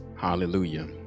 Hallelujah